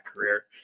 career